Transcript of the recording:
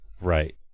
Right